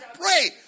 pray